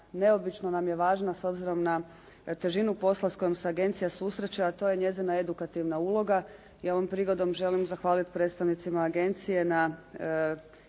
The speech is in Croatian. neobično nam je važno s obzirom na težinu posla s kojom se agencija susreće, a to je njezina edukativna uloga. I ovom prigodom želim zahvaliti predstavnicima agencije na